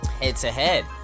Head-to-head